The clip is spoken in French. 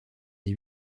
des